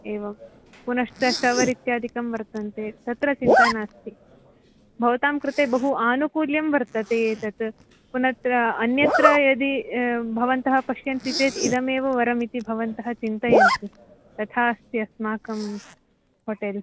एवं पुनश्च शवर् इत्यादिकं वर्तन्ते तत्र चिन्ता नास्ति भवतां कृते बहु आनुकूल्यं वर्तते एतत् पुनः अत्र अन्यत्र यदि भवन्तः पश्यन्ति चेत् इदमेव वरमिति भवन्तः चिन्तयन्ति तथास्ति अस्माकं होटेल्